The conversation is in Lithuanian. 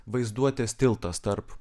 vaizduotės tiltas tarp